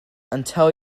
until